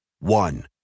One